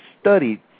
studied